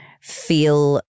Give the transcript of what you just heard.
feel